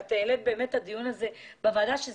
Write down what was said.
העובדה שהעלית את הנושא הזה לדיון כאן בוועדה תיאמר לזכותך.